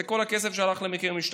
זה כל הכסף שהלך על המחיר למשתכן.